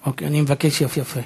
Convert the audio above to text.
אוקיי, אני מבקש יפה.